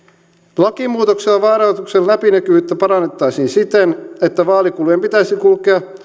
lakimuutoksella vaalirahoituksen läpinäkyvyyttä parannettaisiin siten että vaalikulujen pitäisi kulkea